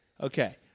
Okay